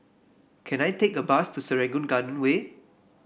can I take a bus to Serangoon Garden Way